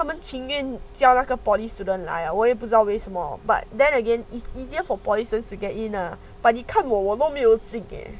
他们情愿教那个 polytechnic student 来 ah 我也不知道为什么 but then again it's easier for polytechnic student to get in ah but 你看我我都没有资格